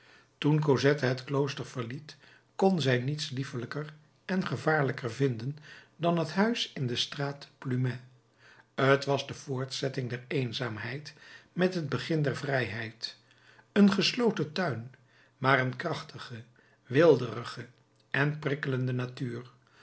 toen cosette het klooster verliet kon zij niets liefelijker en gevaarlijker vinden dan het huis in de straat plumet t was de voortzetting der eenzaamheid met het begin der vrijheid een gesloten tuin maar een krachtige weelderige en prikkelende natuur